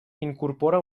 incorpora